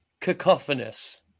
cacophonous